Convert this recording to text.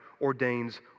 ordains